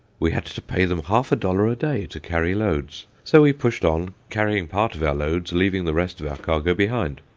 we had to pay them half a dollar a day to carry loads. so we pushed on, carrying part of our loads, leaving the rest of our cargo behind,